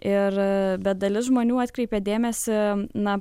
ir bet dalis žmonių atkreipė dėmesį na